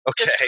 Okay